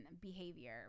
behavior